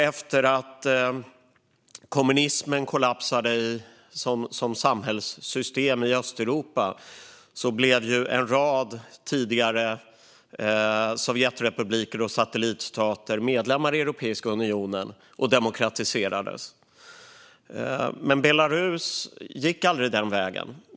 Efter att kommunismen kollapsade som samhällssystem i Östeuropa blev en rad tidigare Sovjetrepubliker och satellitstater medlemmar i Europeiska unionen och demokratiserades. Men Belarus gick aldrig den vägen.